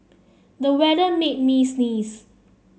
the weather made me sneeze